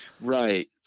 right